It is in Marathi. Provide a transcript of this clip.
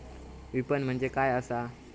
विपणन म्हणजे काय असा?